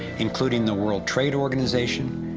including the world trade organization,